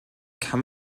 kann